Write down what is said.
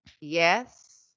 Yes